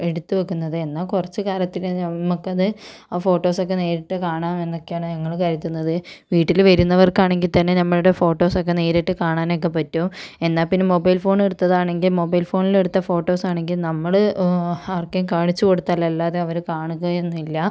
എടുത്തു വെക്കുന്നത് എന്നാൽ കുറച്ചു കാലത്തിൽ ഞമ്മക്കത് ആ ഫോട്ടോസൊക്കെ നേരിട്ട് കാണാമെന്നൊക്കെയാണ് ഞങ്ങൾ കരുതുന്നത് വീട്ടിൽ വരുന്നവർക്ക് ആണെങ്കിൽ തന്നെ നമ്മളുടെ ഫോട്ടോസ് ഒക്കെ നേരിട്ട് കാണാനൊക്കെ പറ്റും എന്നാൽ പിന്നെ മൊബൈൽ ഫോൺ എടുത്തതാണെങ്കിൽ മൊബൈൽ ഫോണിൽ എടുത്ത ഫോട്ടോസ് ആണെങ്കിൽ നമ്മൾ ആർക്കെങ്കിലും കാണിച്ചു കൊടുത്ത അതല്ലാതെ അവർ കാണുകയൊന്നുമില്ല